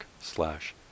slash